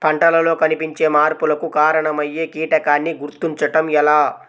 పంటలలో కనిపించే మార్పులకు కారణమయ్యే కీటకాన్ని గుర్తుంచటం ఎలా?